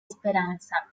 esperanza